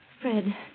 Fred